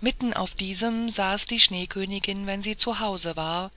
mitten auf diesem saß die schneekönigin wenn sie zu hause war